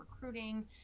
recruiting